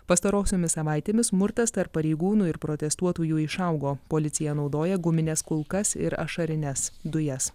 pastarosiomis savaitėmis smurtas tarp pareigūnų ir protestuotojų išaugo policija naudoja gumines kulkas ir ašarines dujas